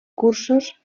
cursos